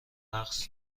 رقص